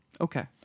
Okay